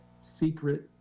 secret